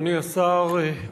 אדוני השר,